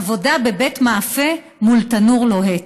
עבודה בבית מאפה מול תנור לוהט,